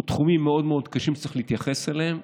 הם תחומים מאוד מאוד קשים שצריך להתייחס אליהם,